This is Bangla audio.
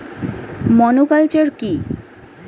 মনোকালচার কি?